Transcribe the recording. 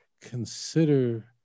consider